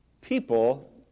people